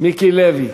מיקי לוי.